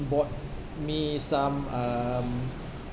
bought me some um